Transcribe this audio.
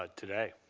ah today.